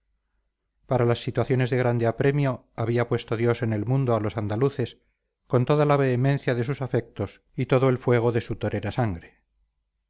para las situaciones de grande apremio había puesto dios en el mundo a los andaluces con toda la vehemencia de sus afectos y todo el fuego de su torera sangre